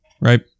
right